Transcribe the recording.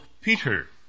Peter